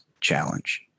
challenge